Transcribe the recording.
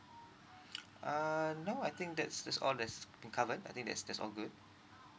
uh no I think that's that's all that's been covered I think that's that's all good